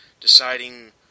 deciding